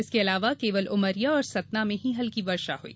इसके अलावा केवल उमरिया और सतना में ही हल्की वर्षा हुई